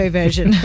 version